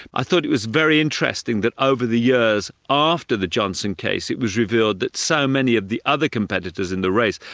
i thought it was very interesting that over the years after the johnson case, it was revealed that so many of the other competitors in the race,